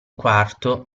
quarto